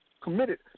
committed